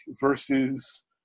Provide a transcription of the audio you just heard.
versus